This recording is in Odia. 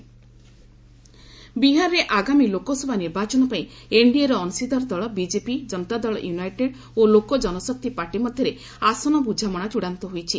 ସିଟ୍ ସେୟାରିଂ ବିହାରରେ ଆଗାମୀ ଲୋକସଭା ନିର୍ବାଚନ ପାଇଁ ଏନ୍ଡିଏର ଅଂଶୀଦାର ଦଳ ବିଜେପି ଜନତାଦଳ ୟୁନାଇଟେଡ୍ ଓ ଲୋକ ଜନଶକ୍ତି ପାର୍ଟି ମଧ୍ୟରେ ଆସନ ବୁଝାମଣା ଚୂଡ଼ାନ୍ତ ହୋଇଛି